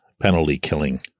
penalty-killing